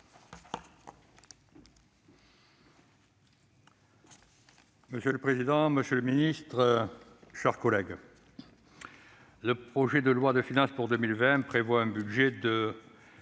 Monsieur le président, monsieur le ministre, mes chers collègues, le projet de loi de finances pour 2021 prévoit un budget de